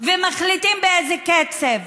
ומחליטים באיזה קצב.